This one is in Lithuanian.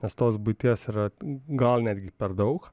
nes tos buities yra gal netgi per daug